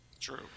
true